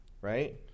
right